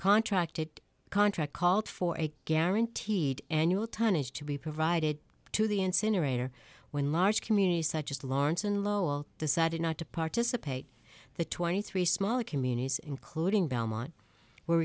contracted contract called for a guaranteed annual tonnage to be provided to the incinerator when large communities such as lawrence and lowell decided not to participate the twenty three smaller communities including belmont were